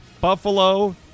Buffalo